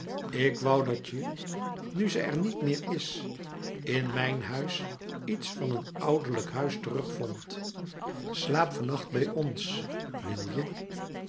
couperus metamorfoze dat je nu ze er niet meer is in mijn huis iets van een ouderlijk huis terugvond slaap van nacht bij ons wil je